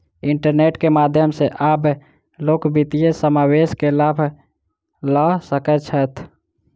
internet के माध्यम सॅ आब लोक वित्तीय समावेश के लाभ लअ सकै छैथ